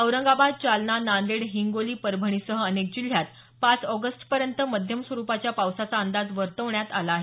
औरंगाबाद जालना नांदेड हिंगोली परभणीसह अनेक जिल्ह्यात पाच ऑगस्टपर्यंत मध्यम स्वरुपाच्या पावसाचा अंदाज वर्तवण्यात आला आहे